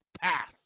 pass